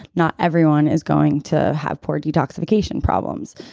not everyone is going to have poor detoxification problems.